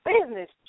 business